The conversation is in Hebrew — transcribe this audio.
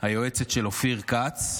היועצת של אופיר כץ.